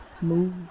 move